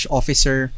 officer